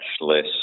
less